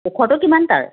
ওখটো কিমান তাৰ